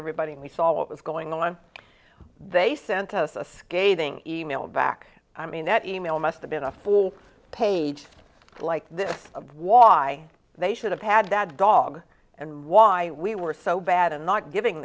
everybody we saw what was going on they sent us a scathing e mail back i mean that e mail must have been a full page just like this of why they should have had that dog and why we were so bad and not giving